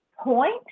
point